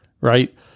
right